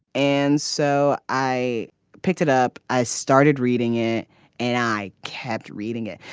and so i picked it up. i started reading it and i kept reading it.